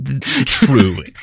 true